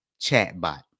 chatbot